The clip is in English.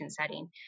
setting